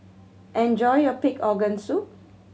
enjoy your pig organ soup